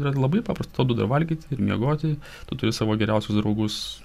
yra labai paprasta tau duoda valgyt ir miegoti tu turi savo geriausius draugus